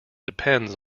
depends